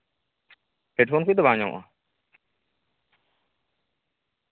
headphone ᱠᱚᱫᱚ ᱵᱟᱝ ᱧᱟᱢᱚᱜᱼᱟ